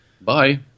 Bye